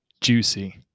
juicy